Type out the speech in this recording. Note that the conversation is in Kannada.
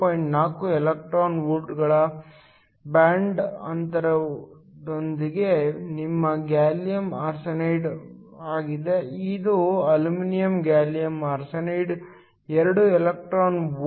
4 ಎಲೆಕ್ಟ್ರಾನ್ ವೋಲ್ಟ್ಗಳ ಬ್ಯಾಂಡ್ ಅಂತರದೊಂದಿಗೆ ನಿಮ್ಮ ಗ್ಯಾಲಿಯಮ್ ಆರ್ಸೆನೈಡ್ ಆಗಿದೆ ಇದು aluminium gallium arsenide 2 electron volt